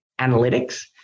analytics